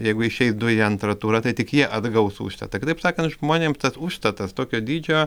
jeigu išeitų į antrą turą tai tik jie atgaus užstatą kitaip sakant žmonėm tas užstatas tokio dydžio